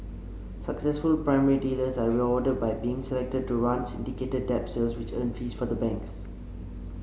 successful primary dealers are reward by being selected to run syndicated debt sales which earn fees for the banks